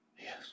Yes